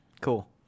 Cool